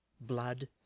blood